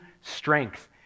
strength